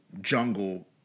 jungle